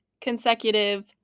consecutive